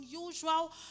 unusual